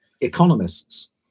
economists